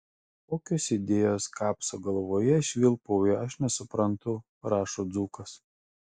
kokios idėjos kapso galvoje švilpauja aš nesuprantu rašo dzūkas